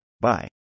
Bye